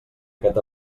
aquest